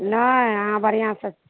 नहि अहाँ बढ़िआँ से